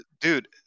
Dude